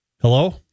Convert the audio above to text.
Hello